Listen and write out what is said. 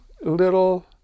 little